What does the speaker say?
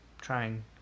trying